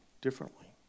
differently